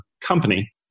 company